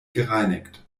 gereinigt